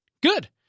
Good